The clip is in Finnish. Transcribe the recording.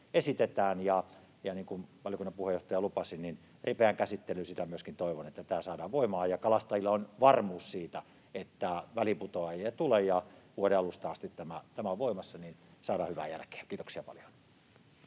ja niin kuin valiokunnan puheenjohtaja lupasi, niin ripeästi käsitellään. Sitä myöskin toivon, niin että tämä saadaan voimaan ja kalastajilla on varmuus siitä, että väliinputoajia ei tule, ja kun vuoden alusta asti tämä on voimassa, niin saadaan hyvää jälkeä. — Kiitoksia paljon.